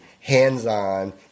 hands-on